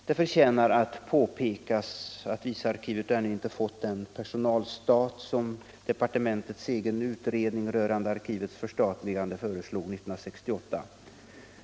Det förtjänar att påpekas att visarkivet ännu inte fått den personalstat som departementets egen utredning rörande arkivets förstatligande föreslog 1968.